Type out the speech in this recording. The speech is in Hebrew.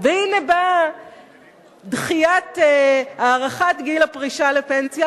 והנה באה דחיית הארכת גיל הפרישה לפנסיה,